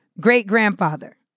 great-grandfather